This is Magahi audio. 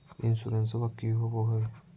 इंसोरेंसबा की होंबई हय?